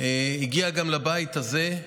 הגיע גם לבית הזה,